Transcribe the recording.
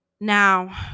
Now